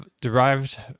derived